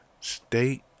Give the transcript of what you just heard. state